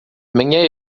mnie